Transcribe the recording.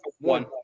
One